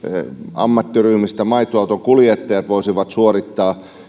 ammattiryhmistä maitoautonkuljettajat voisivat suorittaa